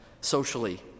socially